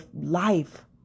life